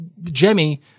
Jemmy